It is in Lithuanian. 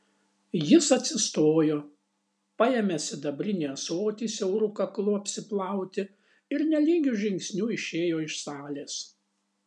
jis atsistojo paėmė sidabrinį ąsotį siauru kaklu apsiplauti ir nelygiu žingsniu išėjo iš salės